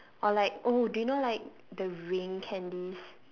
or like oh do you know like the ring candies